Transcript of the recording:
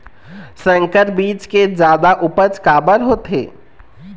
संकर बीज के जादा उपज काबर होथे?